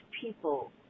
people